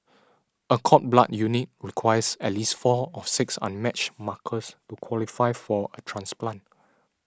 a cord blood unit requires at least four of six unmatched markers to qualify for a transplant